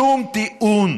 שום טיעון